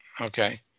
Okay